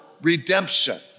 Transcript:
redemption